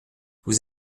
vous